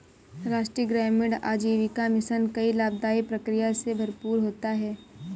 राष्ट्रीय ग्रामीण आजीविका मिशन कई लाभदाई प्रक्रिया से भरपूर होता है